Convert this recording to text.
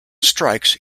strikes